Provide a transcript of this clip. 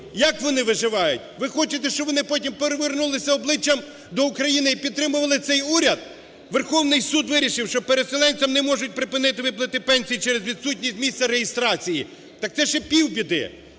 як вони виживають? Ви хочете, щоб вони потім перевернулися обличчя до України і підтримували цей уряд? Верховний Суд вирішив, що переселенцям не можуть припинити виплати пенсій через відсутність місця реєстрації. Так це ще півбіди.